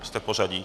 Jste v pořadí?